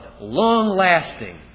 long-lasting